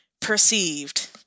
perceived